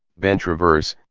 ben travers,